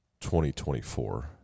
2024